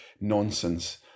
nonsense